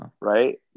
right